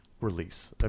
release